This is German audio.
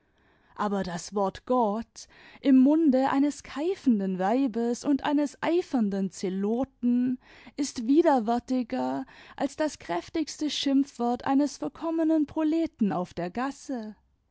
aber das wort gott im munde eines keifenden weibes imd eines eifernden zeloten ist widerwärtiger als das kräftigste schimpfwort eines verkommenen proleten auf der gasse